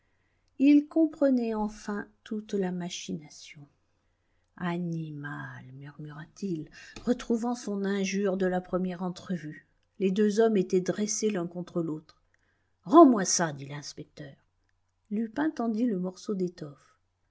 il comprenait enfin toute la machination animal murmura-t-il retrouvant son injure de la première entrevue les deux hommes étaient dressés l'un contre l'autre rends-moi ça fit l'inspecteur lupin tendit le morceau d'étoffe